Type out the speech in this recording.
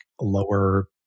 lower